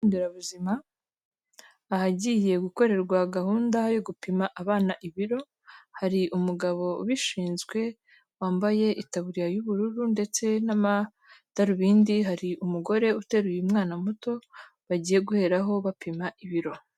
Ahagiye gukorerwa gahunda yo gupima abana ibiro, hari umugabo ubishinzwe, wambaye ikaburiya y'ubururu ndetse n'amadarubindi, hari umugore uteruye umwanawana muto bagiye guheraho bapima ibiro.